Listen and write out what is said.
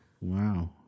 Wow